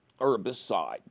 herbicide